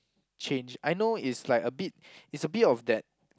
change I know it's like a bit it's a bit of that